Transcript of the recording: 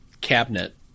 cabinet